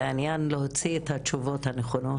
זה עניין של להוציא את התשובות הנכונות.